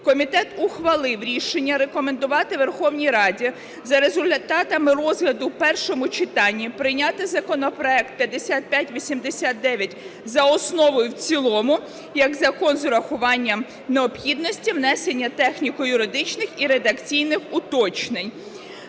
комітет ухвалив рішення рекомендувати Верховній Раді за результатами розгляду в першому читанні прийняти законопроект 5589 за основу і в цілому як закон, з врахуванням необхідності внесення техніко-юридичних і редакційних уточнень.